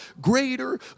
greater